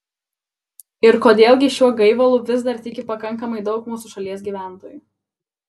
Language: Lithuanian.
ir kodėl gi šiuo gaivalu vis dar tiki pakankamai daug mūsų šalies gyventojų